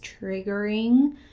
triggering